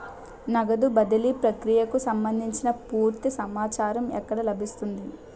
నగదు బదిలీ ప్రక్రియకు సంభందించి పూర్తి సమాచారం ఎక్కడ లభిస్తుంది?